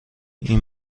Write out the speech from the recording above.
این